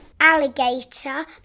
alligator